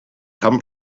come